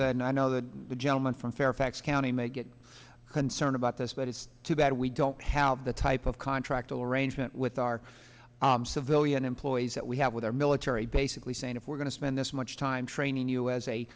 this and i know that the gentleman from fairfax county may get concerned about this but it's too bad we don't have the type of contract arrangement with our civilian employees that we have with our military basically saying if we're going to spend this much time training you as a